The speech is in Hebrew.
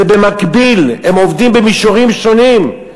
זה במקביל, הם עובדים במישורים שונים.